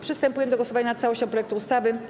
Przystępujemy do głosowania nad całością projektu ustawy.